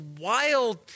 wild